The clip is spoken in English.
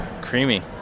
Creamy